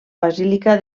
basílica